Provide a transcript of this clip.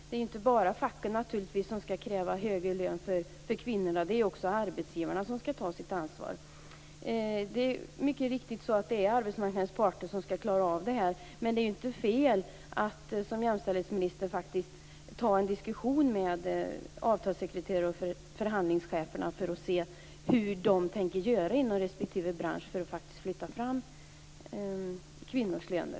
Det är naturligtvis inte bara facken som skall kräva högre lön för kvinnorna, utan också arbetsgivarna skall ta sitt ansvar. Det är mycket riktigt arbetsmarknadens parter som skall klara av att lösa problemet. Men det är inte fel att som jämställdhetsminister ta en diskussion med avtalssekreterare och förhandlingscheferna för att se hur de tänker göra inom respektive bransch för att flytta fram positionerna när det gäller kvinnors löner.